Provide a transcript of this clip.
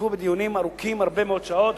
שהשתתפו בדיונים ארוכים הרבה מאוד שעות